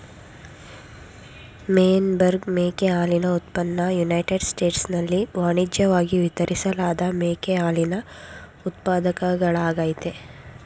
Meyenberg ಮೇಕೆ ಹಾಲಿನ ಉತ್ಪನ್ನ ಯುನೈಟೆಡ್ ಸ್ಟೇಟ್ಸ್ನಲ್ಲಿ ವಾಣಿಜ್ಯಿವಾಗಿ ವಿತರಿಸಲಾದ ಮೇಕೆ ಹಾಲಿನ ಉತ್ಪಾದಕಗಳಾಗಯ್ತೆ